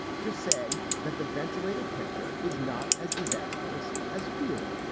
just say that the ventilator picture is not as disasterous as feared.